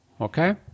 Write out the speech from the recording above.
okay